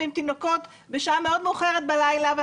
אתה לא עונה על שאלות.